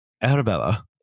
Arabella